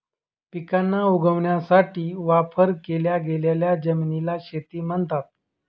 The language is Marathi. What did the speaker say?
पिकांना उगवण्यासाठी वापर केल्या गेलेल्या जमिनीला शेती म्हणतात